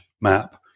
map